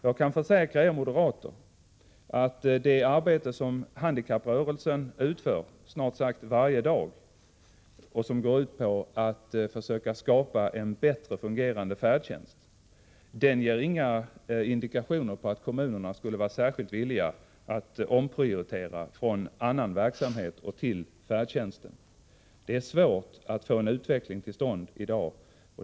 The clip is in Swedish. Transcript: Jag kan försäkra er moderater att det arbete som handikapprörelsen utför snart sagt varje dag och som går ut på att försöka skapa en bättre fungerande färdtjänst inte ger några indikationer på att kommunerna skulle vara särskilt villiga att omprioritera från annan verksamhet till färdtjänsten. Det är svårt att i dag få till stånd en utveckling.